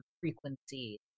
frequency